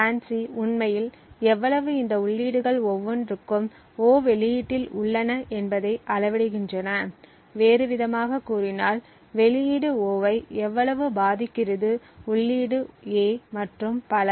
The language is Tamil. FANCI உண்மையில் எவ்வளவு இந்த உள்ளீடுகள் ஒவ்வொன்றும் O வெளியீட்டில் உள்ளன என்பதை அளவிடுகின்றன வேறுவிதமாகக் கூறினால் வெளியீடு O ஐ எவ்வளவு பாதிக்கிறது உள்ளீடு A மற்றும் பல